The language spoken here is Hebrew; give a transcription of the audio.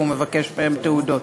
והוא מבקש מהם תעודות,